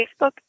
Facebook